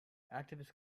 activists